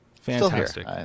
Fantastic